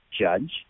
judge